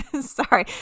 sorry